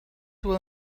will